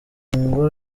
ngo